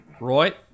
Roy